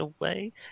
away